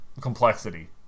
complexity